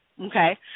Okay